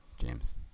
James